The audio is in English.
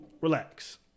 relax